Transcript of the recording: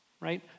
right